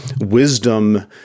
wisdom